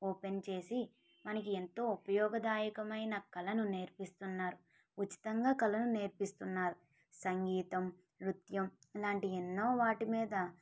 open చేసి మనకి ఎంతో ఉపయోగదాయకమైన కళను నేర్పిస్తున్నారు ఉచితంగా కళను నేర్పిస్తున్నారు సంగీతం నృత్యం ఇలాంటి ఎన్నో వాటి మీద